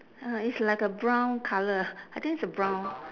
ah it's like a brown colour ah I think it's a brown